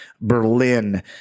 berlin